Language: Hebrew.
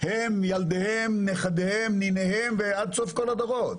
הם ילדיהם, נכדיהם, ניניהם ועד סוף כל הדורות.